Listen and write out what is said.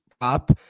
up